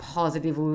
positive